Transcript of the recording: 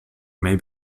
may